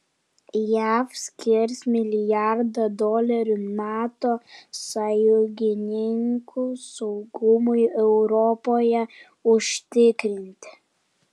jav skirs milijardą dolerių nato sąjungininkų saugumui europoje užtikrinti